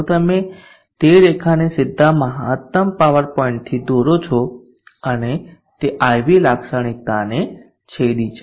જો તમે તે રેખાને સીધા મહત્તમ પાવર પોઇન્ટથી દોરો છો અને તે IV લાક્ષણિકતાને છેદી છે